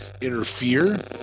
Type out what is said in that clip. interfere